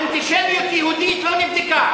אנטישמיות יהודית לא נבדקה,